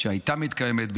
שהייתה מתקיימת,